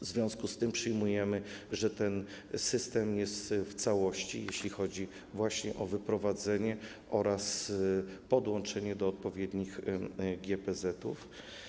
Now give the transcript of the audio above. W związku z tym przyjmujemy, że ten system jest całością, jeśli chodzi właśnie o wyprowadzenie mocy oraz podłączenie do odpowiednich GPZ.